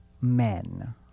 men